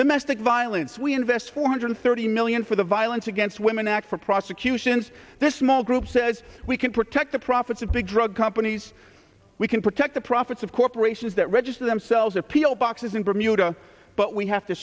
domestic violence we invest four hundred thirty million for the violence against women act for prosecutions the small group says we can protect the profits of big drug companies we can protect the profits of corporations that register themselves appeal boxes in bermuda but we have to